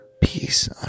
peace